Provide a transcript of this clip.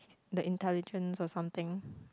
the intelligence or something